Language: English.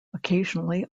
occasionally